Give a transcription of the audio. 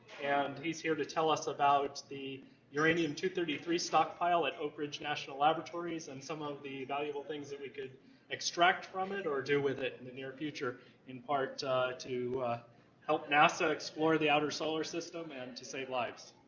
and he's here to tell us about the uranium two hundred and thirty three stockpile at oak ridge national laboratories and some of the valuable things that we could extract from it or do with it in the near future in part to help nasa explore the outer solar system and to save lives.